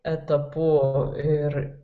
etapu ir